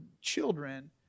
children